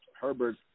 Herbert